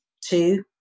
two